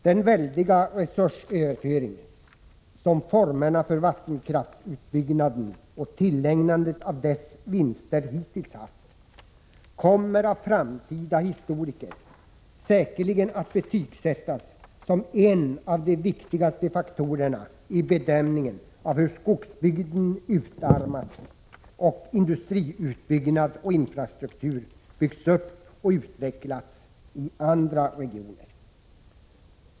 Den väldiga resursöverföring som formerna för vattenkraftsutbyggnaden och tillägnandet av dess vinster hittills inneburit kommer av framtida historiker säkerligen att betygsättas som en av de viktigaste faktorerna i bedömningen av hur skogsbygden utarmats och industriutbyggnad och infrastruktur byggts upp och utvecklats i andra regioner.